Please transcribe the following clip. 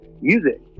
music